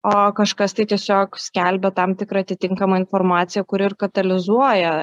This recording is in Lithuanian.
o kažkas tai tiesiog skelbia tam tikrą atitinkamą informaciją kuri ir katalizuoja